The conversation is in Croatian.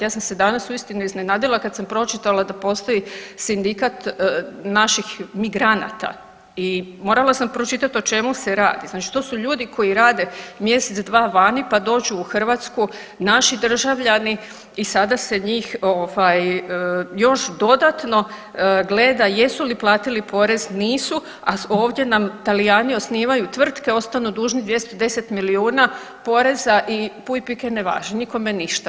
Ja sam se danas uistinu iznenadila kad sam pročitala da postoji sindikat naših migranata i morala sam pročitati o čemu se radi, znači to su ljudi koji rade mjesec, dva vani pa dođu u Hrvatsku, naši državljani i sada se njih još dodatno gleda jesu li platili porez, nisu, a ovdje nam Talijani osnivaju tvrtke ostanu dužni 210 milijuna poreza i puj pik ne važi, nikome ništa.